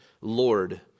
Lord